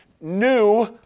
new